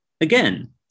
again